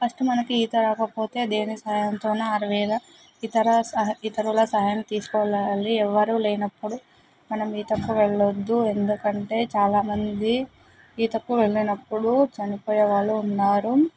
first మనకి ఈత రాకపోతే దేని సాయంతోననే ఆరువేళ ఇతర సహ్ ఇతరుల సహాయం తీసుకోలాలి ఎవ్వరూ లేనప్పుడు మనం ఈతక్కు వెళ్ళవద్దు ఎందుకంటే చాలా మంది ఈతకు వెళ్ళనప్పుడు చనిపోయేవాళ్ళు ఉన్నారు